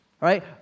right